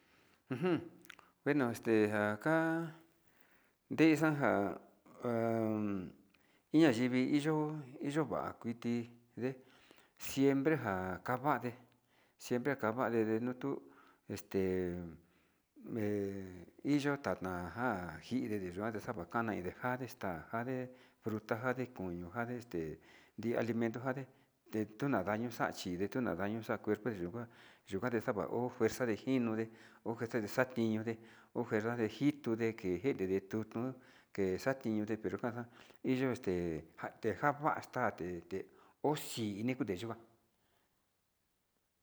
Ujun bueno este njaka ndexajan ha'a, ii ya'a yivi iyo iyakuati, nde siempre njan kavade, siempre kavade denotu este he iyo tata njan njide deyuade xavakana yua yide njade taxjade fruta koño njade te dii alimento njade tetuña ndaño xa'a chinde tuña ndaño njakuerna yukua yuu ke'e xaba ho fuerza tadejinode ho, njetene ne'e xatiñode ho fvuerza de hitode enje de tuu que xantinde pero njaxa'a hiyo este denjavaxta te oxini kute yikua.